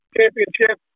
Championship